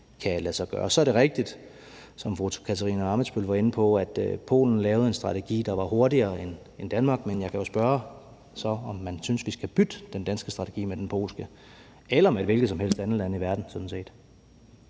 kan lade sig gøre. Så er det rigtigt, som fru Katarina Ammitzbøll var inde på, at Polen lavede en strategi, der var hurtigere end Danmark. Men jeg kan jo så spørge, om man synes, at vi skal bytte den danske strategi med den polske eller sådan set med et hvilket som helst andet land i verden. Det